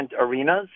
arenas